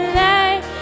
light